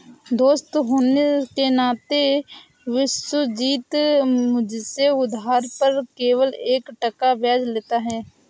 दोस्त होने के नाते विश्वजीत मुझसे उधार पर केवल एक टका ब्याज लेता है